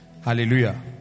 Hallelujah